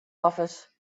office